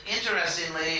interestingly